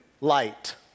light